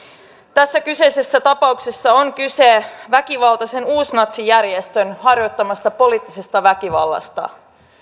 tässä kyseisessä tapauksessa on kyse väkivaltaisen uusnatsijärjestön harjoittamasta poliittisesta väkivallasta